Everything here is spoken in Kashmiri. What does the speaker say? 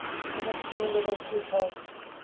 تِمن چھِ کٲم روزان ٹھیٖک ٹھاک